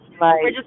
Right